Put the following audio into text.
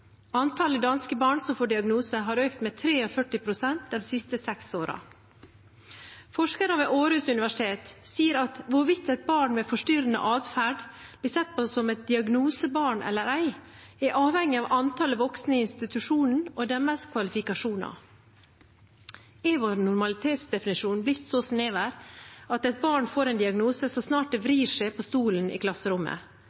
Antallet danske barn som får diagnose, har økt med 43 pst. de siste seks årene. Forskere ved Aarhus Universitet sier at hvorvidt et barn med forstyrrende adferd blir sett på som et diagnosebarn eller ei, er avhengig av antall voksne i institusjonen og deres kvalifikasjoner. Er vår normalitetsdefinisjon blitt så snever at et barn får en diagnose så snart det